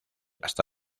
hasta